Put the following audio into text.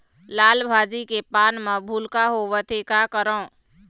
लाल भाजी के पान म भूलका होवथे, का करों?